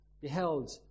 beheld